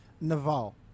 Naval